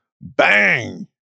bang